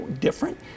different